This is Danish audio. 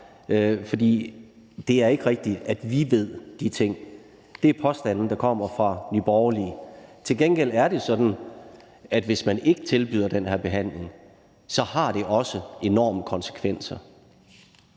For det er ikke rigtigt, at »vi« ved de ting. Det er påstande, der kommer fra Nye Borgerlige. Til gengæld er det sådan, at hvis man ikke tilbyder den her behandling, så har det også enorme konsekvenser